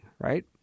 right